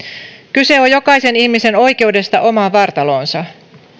kyse on jokaisen ihmisen oikeudesta omaan vartaloonsa